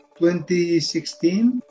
2016